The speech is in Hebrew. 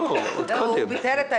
הוא דילג על הכנסת העשרים-ואחת.